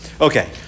Okay